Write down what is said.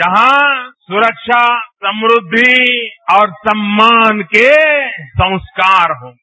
जहां सुरक्षा समृद्धि और सम्मान के संस्कार होंगे